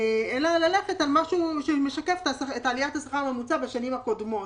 אלא ללכת על משהו שמשקף את עליית השכר הממוצע בשנים הקודמות,